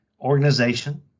organization –